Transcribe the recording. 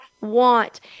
want